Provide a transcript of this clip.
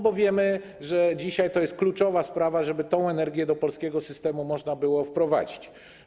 Bo wiemy, że dzisiaj to jest kluczowa sprawa, żeby tę energię do polskiego systemu można było wprowadzić.